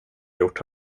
gjort